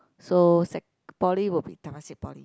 so sec poly will be Temasek Poly